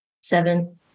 Seven